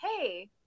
hey